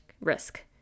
Risk